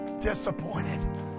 disappointed